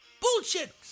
bullshit